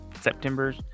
September